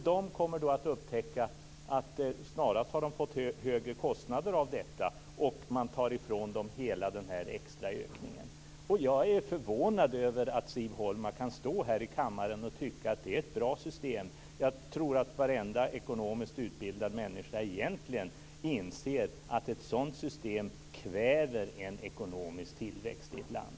De kommer då att upptäcka att de snarast har fått högre kostnader av detta och att man tar ifrån dem hela den extra ökningen. Jag är förvånad över att Siv Holma kan stå här i kammaren och tycka att det är ett bra system. Jag tror att varenda ekonomiskt utbildad människa egentligen inser att ett sådant system kväver en ekonomisk tillväxt i ett land.